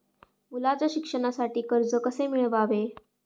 मुलाच्या शिक्षणासाठी कर्ज कसे मिळवावे?